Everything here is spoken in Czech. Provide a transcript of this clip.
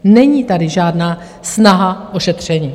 Není tady žádná snaha o šetření.